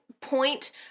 point